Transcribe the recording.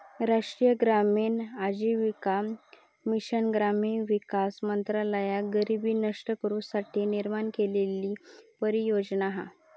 राष्ट्रीय ग्रामीण आजीविका मिशन ग्रामीण विकास मंत्रालयान गरीबी नष्ट करू साठी निर्माण केलेली परियोजना हा